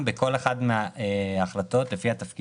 זה עובד רשות המיסים שימנה מנהל רשות המיסים